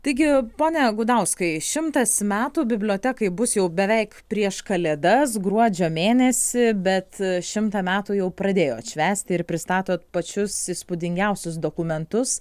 taigi pone gudauskai šimtas metų bibliotekai bus jau beveik prieš kalėdas gruodžio mėnesį bet šimtą metų jau pradėjot švęsti ir pristato pačius įspūdingiausius dokumentus